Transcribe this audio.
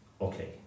okay